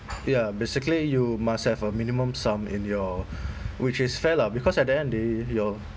ya basically you must have a minimum sum in your which is fair lah because at the end they your